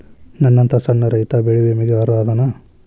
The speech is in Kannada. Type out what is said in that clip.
ನನ್ನಂತ ಸಣ್ಣ ರೈತಾ ಬೆಳಿ ವಿಮೆಗೆ ಅರ್ಹ ಅದನಾ?